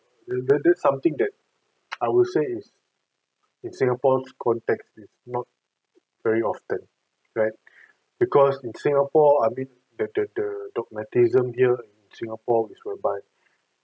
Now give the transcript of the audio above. that that's something that I will say is in singapore's context is not very often right because in singapore I mean the the dogmatism here in singapore is whereby